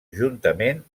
juntament